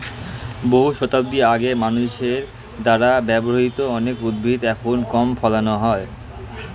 বহু শতাব্দী আগে মানুষের দ্বারা ব্যবহৃত অনেক উদ্ভিদ এখন কম ফলানো হয়